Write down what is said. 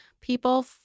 people